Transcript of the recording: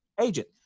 Agent